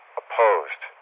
opposed